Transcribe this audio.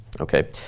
Okay